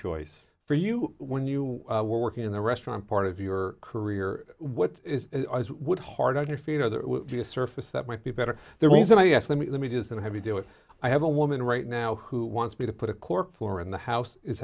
choice for you when you were working in the restaurant part of your career what would hard on your feet or the surface that might be better the reason i ask let me let me do is that i have to do it i have a woman right now who wants me to put a cork floor in the house is